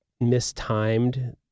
mistimed